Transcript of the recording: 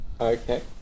Okay